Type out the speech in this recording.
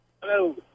Hello